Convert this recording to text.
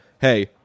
hey